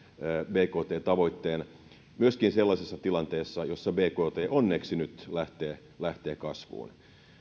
bkt tavoitteen myöskin sellaisessa tilanteessa jossa bkt onneksi nyt lähtee lähtee kasvuun